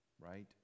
Right